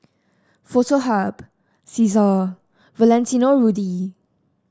Foto Hub Cesar Valentino Rudy